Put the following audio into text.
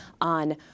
on